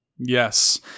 Yes